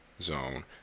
zone